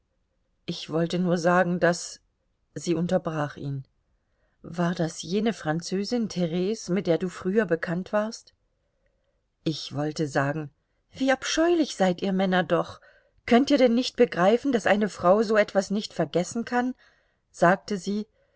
ich wollte nur sagen daß sie unterbrach ihn war das jene französin therese mit der du früher bekannt warst ich wollte sagen wie abscheulich seid ihr männer doch könnt ihr denn nicht begreifen daß eine frau so etwas nicht vergessen kann sagte sie